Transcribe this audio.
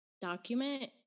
document